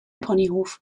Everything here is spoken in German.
ponyhof